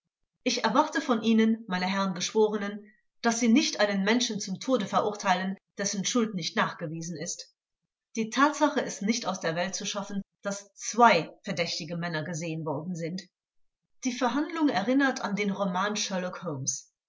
ich erwarte warte von ihnen meine herren geschworenen daß sie nicht einen menschen zum tode verurteilen dessen schuld nicht nachgewiesen ist die tatsache ist nicht aus der welt zu schaffen daß zwei verdächtige männer gesehen worden sind die verhandlung erinnert an den